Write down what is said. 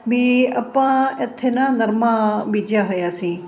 ਵੀ ਆਪਾਂ ਇੱਥੇ ਨਾ ਨਰਮਾ ਬੀਜਿਆ ਹੋਇਆ ਸੀ